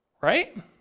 right